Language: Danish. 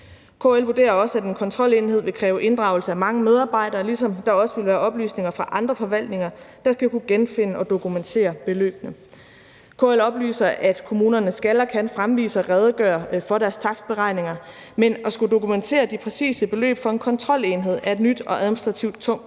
KL vurderer også, at en kontrolenhed vil kræve inddragelse af mange medarbejdere, ligesom der også vil være oplysninger fra andre forvaltninger, der skal kunne genfinde og dokumentere beløbene. KL oplyser, at kommunerne skal og kan fremvise og redegøre for deres takstberegninger, men at skulle dokumentere de præcise beløb for en kontrolenhed er et nyt og administrativt tungt